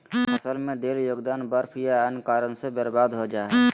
फसल में देल योगदान बर्फ या अन्य कारन से बर्बाद हो जा हइ